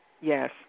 Yes